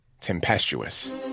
Tempestuous